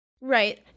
right